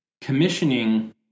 Commissioning